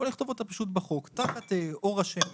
אפשר לכתוב אותה בחוק תחת אור השמש.